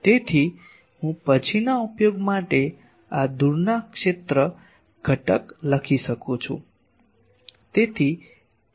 તેથી હું પછીના ઉપયોગ માટે આ દૂરના ક્ષેત્ર ઘટક લખી શકું છું